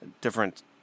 different